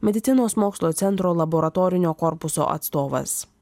medicinos mokslo centro laboratorinio korpuso atstovas